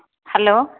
hello